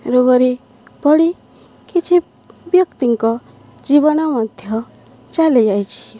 ରୋଗରେ ପଡ଼ି କିଛି ବ୍ୟକ୍ତିଙ୍କ ଜୀବନ ମଧ୍ୟ ଚାଲିଯାଇଛି